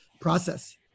process